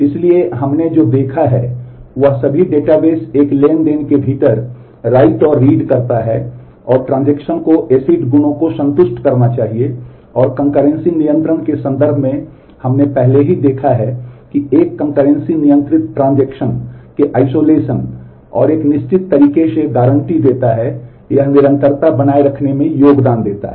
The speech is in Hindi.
इसलिए हमने जो देखा है वह सभी डेटाबेस एक ट्रांज़ैक्शन के भीतर राइट और एक निश्चित तरीके से गारंटी देता है यह निरंतरता बनाए रखने में योगदान देता है